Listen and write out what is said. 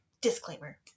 Disclaimer